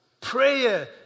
Prayer